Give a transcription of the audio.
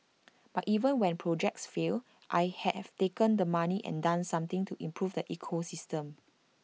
but even when projects fail I have taken the money and done something to improve the ecosystem